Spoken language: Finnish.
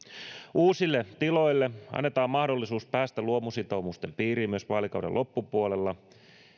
uusille tiloille annetaan mahdollisuus päästä luomusitoumusten piiriin myös vaalikauden loppupuolella